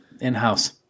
in-house